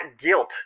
guilt